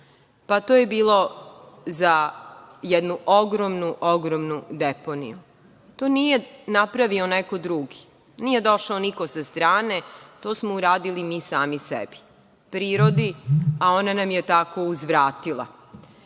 Pa, to je bilo za jednu ogromnu, ogromnu deponiju. To nije napravio neko drugi, nije došao niko sa strane, to smo uradili mi sami sebi, prirodi, a ona nam je tako uzvratila. Koliko